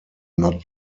not